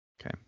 Okay